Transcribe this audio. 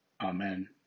Amen